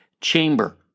chamber